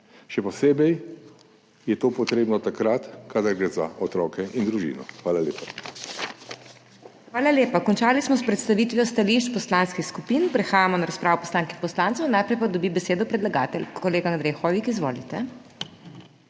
Še posebej je to potrebno takrat, kadar gre za otroke in družino. Hvala lepa. **PODPREDSEDNICA MAG. MEIRA HOT:** Hvala lepa. Končali smo s predstavitvijo stališč poslanskih skupin. Prehajamo na razpravo poslank in poslancev. Najprej pa dobi besedo predlagatelj. Kolega Andrej Hoivik, izvolite.